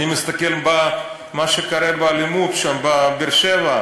אני מסתכל על מה שקרה, על האלימות, בבאר-שבע.